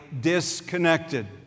disconnected